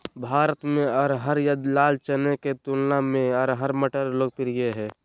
भारत में अरहर या लाल चने के तुलना में अरहर मटर लोकप्रिय हइ